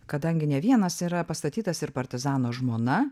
kadangi ne vienas yra pastatytas ir partizano žmona